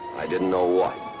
i didn't know what.